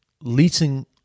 leasing